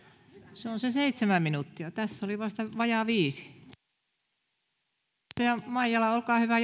se on se seitsemän minuuttia tässä oli vasta vajaa viisi edustaja maijala olkaa hyvä